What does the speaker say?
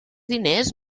diners